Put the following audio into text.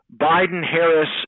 Biden-Harris